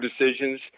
decisions